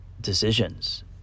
decisions